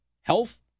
Health